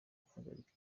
guhagarika